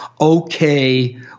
okay